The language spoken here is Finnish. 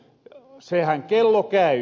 sehän kello käy